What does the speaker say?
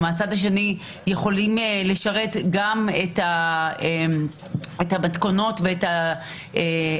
ומהצד השני יכולים לשרת גם את המתכונות ואת המטרות